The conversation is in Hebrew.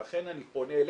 ולכן אני פונה אליך,